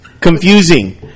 Confusing